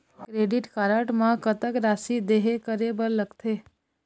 Credit card म कतक राशि देहे करे बर लगथे?